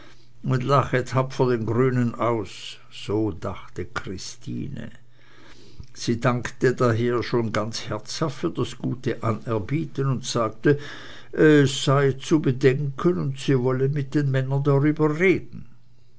und lache tapfer den grünen aus so dachte christine sie dankte daher schon ganz herzhaft für das gute anerbieten und sagte es sei zu bedenken und sie wolle mit den männern darüber reden